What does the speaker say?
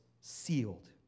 sealed